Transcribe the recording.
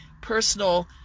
personal